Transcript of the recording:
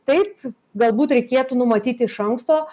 taip galbūt reikėtų numatyti iš anksto